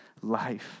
life